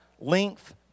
length